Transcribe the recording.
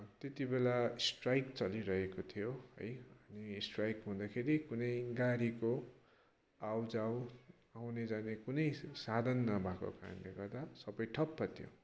त्यतिबेला स्ट्राइक चलिरहेको थियो है अनि स्ट्राइक हुँदाखेरि कुनै गाडीको आउजाउ आउने जाने कुनै साधन नभएको कारणले गर्दा सबै ठप्प थियो